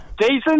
Jason